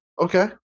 Okay